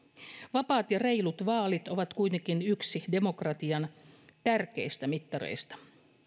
vapaat ja reilut vaalit ovat kuitenkin yksi demokratian tärkeistä mittareista